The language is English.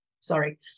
Sorry